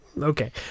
Okay